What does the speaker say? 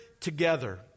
together